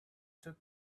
two